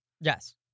Yes